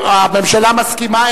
הממשלה מסכימה,